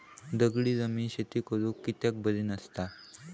दगडी जमीन शेती करुक कित्याक बरी नसता?